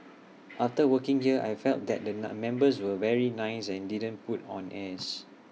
after working here I felt that the nun members were very nice and didn't put on airs